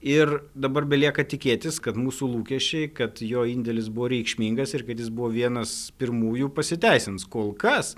ir dabar belieka tikėtis kad mūsų lūkesčiai kad jo indėlis buvo reikšmingas ir kad jis buvo vienas pirmųjų pasiteisins kol kas